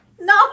No